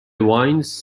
vines